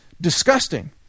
disgusting